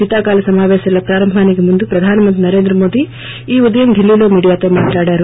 శీతాకాల సమాపేశాల ప్రారంభానికి ముందు ప్రధానమంత్రి నరేంద్ర మోదీ ఈ ఉదయం ఢిల్లీలో మీడియాతో మాట్లాడారు